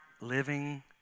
living